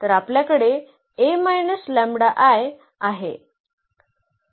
तर आपल्याकडे A λI आहे